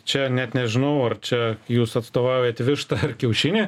čia net nežinau ar čia jūs atstovaujat vištą ar kiaušinį